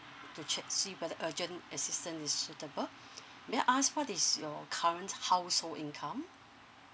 to check see whether urgent assistance is suitable may I ask what is your current household income